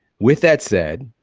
with that said,